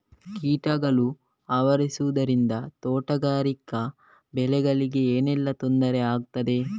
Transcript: ಕೀಟಗಳು ಆವರಿಸುದರಿಂದ ತೋಟಗಾರಿಕಾ ಬೆಳೆಗಳಿಗೆ ಏನೆಲ್ಲಾ ತೊಂದರೆ ಆಗ್ತದೆ?